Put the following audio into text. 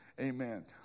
Amen